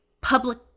public